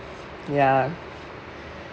ya